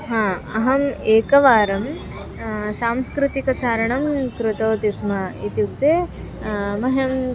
ह अहम् एकवारं सांस्कृतिकचारणं कृतवती स्म इत्युक्ते मह्यं